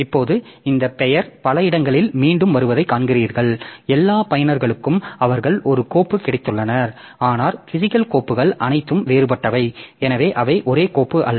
இப்போது இந்த பெயர் பல இடங்களில் மீண்டும் வருவதை காண்கிறீர்கள் எல்லா பயனர்களுக்கும் அவர்கள் ஒரு கோப்பு கிடைத்துள்ளனர் ஆனால் பிசிகல் கோப்புகள் அனைத்தும் வேறுபட்டவை எனவே அவை ஒரே கோப்பு அல்ல